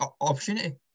opportunity